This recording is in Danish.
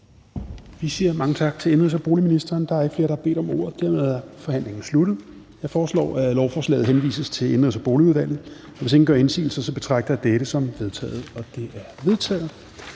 Vi siger mange tak til indenrigs- og boligministeren. Der er ikke flere, der har bedt om ordet, og dermed er forhandlingen sluttet. Jeg foreslår, at lovforslaget henvises til Indenrigs- og Boligudvalget. Hvis ingen gør indsigelse, betragter jeg dette som vedtaget. Det er vedtaget.